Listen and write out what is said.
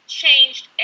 changed